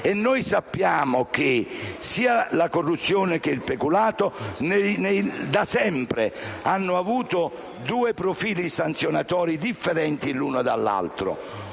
eppure sappiamo che la corruzione e il peculato, da sempre, hanno avuto due profili sanzionatori differenti l'uno dall'altro.